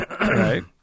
Right